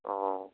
ও